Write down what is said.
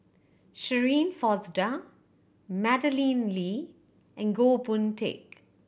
Shirin Fozdar Madeleine Lee and Goh Boon Teck